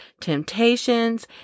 temptations